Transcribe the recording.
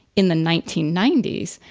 in the nineteen ninety s.